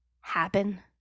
happen